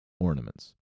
ornaments